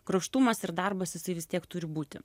kruopštumas ir darbas jisai vis tiek turi būti